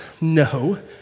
No